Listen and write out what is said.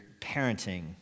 parenting